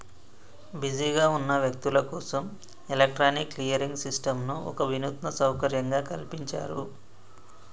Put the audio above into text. బిజీగా ఉన్న వ్యక్తులు కోసం ఎలక్ట్రానిక్ క్లియరింగ్ సిస్టంను ఒక వినూత్న సౌకర్యంగా కల్పించారు